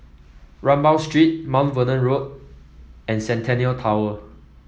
Rambau Street Mount Vernon Road and Centennial Tower